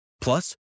Plus